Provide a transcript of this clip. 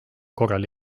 korral